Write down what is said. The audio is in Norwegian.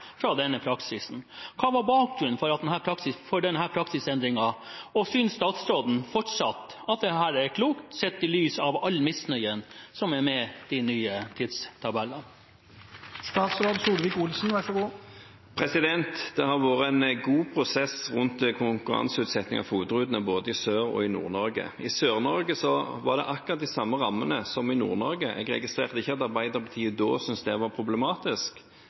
fra denne praksisen. Hva var bakgrunnen for denne praksisendringen, og synes statsråden fortsatt dette er klokt, sett i lys av all misnøyen med de nye tidstabellene?» Det har vært en god prosess rundt konkurranseutsetting av FOT-rutene både i Sør-Norge og i Nord-Norge. Sør-Norge hadde akkurat de samme rammene som Nord-Norge. Jeg registrerte ikke at Arbeiderpartiet syntes det var problematisk